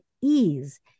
ease